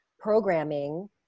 programming